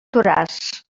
toràs